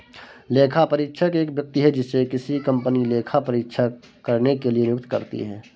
लेखापरीक्षक एक व्यक्ति है जिसे किसी कंपनी लेखा परीक्षा करने के लिए नियुक्त करती है